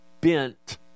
bent